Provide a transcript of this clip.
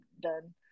done